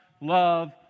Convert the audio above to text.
love